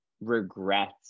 regrets